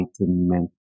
enlightenment